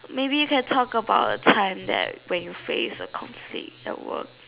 maybe you can talk about a time that when you face a conflict at work